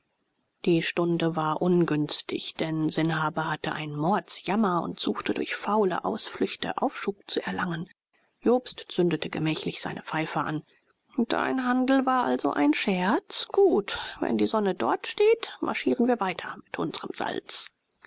die stunde war ungünstig denn sanhabe hatte einen mordsjammer und suchte durch faule ausflüchte aufschub zu erlangen jobst zündete gemächlich seine pfeife an dein handel war also ein scherz gut wenn die sonne dort steht marschieren wir weiter mit unsrem salz